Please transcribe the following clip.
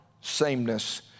sameness